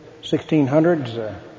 1600s